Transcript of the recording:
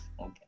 Okay